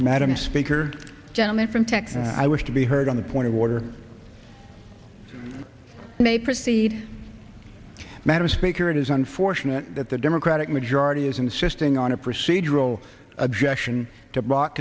fact i wish to be heard on the point of water i may proceed madam speaker it is unfortunate that the democratic majority is insisting on a procedural objection to block